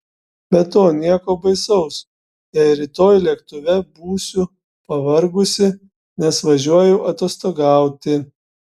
be to nieko baisaus jei rytoj lėktuve būsiu pavargusi nes važiuoju atostogauti